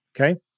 okay